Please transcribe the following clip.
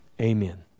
Amen